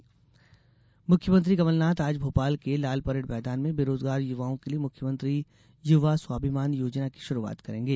युवा स्वाभिमान योजना मुख्यमंत्री कमलनाथ आज भोपाल के लाल परेड मैदान में बेरोजगार युवाओं के लिये मुख्यमंत्री युवा स्वाभिमान योजना की शुरूआत करेंगे